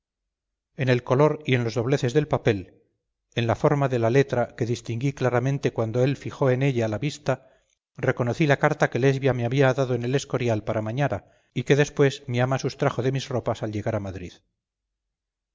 en el color y en los dobleces del papel en la forma de la letra que distinguí claramente cuando él fijó en ella la vista reconocí la carta que lesbia me había dado en el escorial para mañara y que después mi ama sustrajo de mis ropas al llegar a madrid